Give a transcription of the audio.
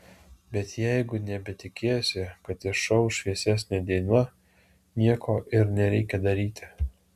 bet jeigu nebetikėsi kad išauš šviesesnė diena nieko ir nereikia daryti